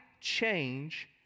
change